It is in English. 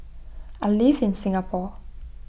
I live in Singapore